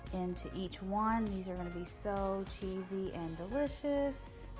into each one. these are going to be so cheesy and delicious.